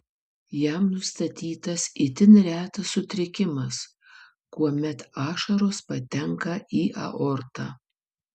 jam nustatytas itin retas sutrikimas kuomet ašaros patenka į aortą